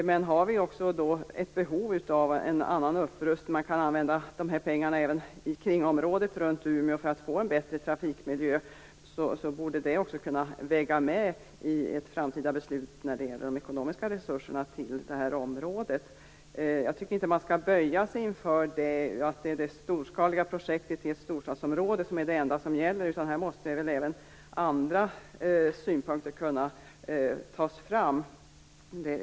Men har vi ett behov av annan upprustning - man kan använda pengarna även i området runt omkring Umeå för att få en bättre trafikmiljö - borde även det kunna vägas in ett framtida beslut när det gäller de ekonomiska resurserna till det här området. Jag tycker inte man skall böja sig för tanken att storskaliga projekt i storstadsområden är det enda som gäller, utan här måste även andra synpunkter kunna tas fram.